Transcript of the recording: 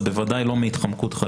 זה בוודאי לא מתוך התחמקות.